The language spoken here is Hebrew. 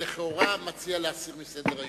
מציע להסיר מסדר-היום.